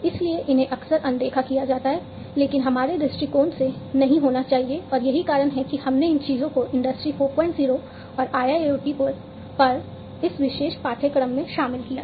इसलिए इन्हें अक्सर अनदेखा किया जाता है लेकिन हमारे दृष्टिकोण से नहीं होना चाहिए और यही कारण है कि हमने इन चीजों को इंडस्ट्री 40 और IIoT पर इस विशेष पाठ्यक्रम में शामिल किया है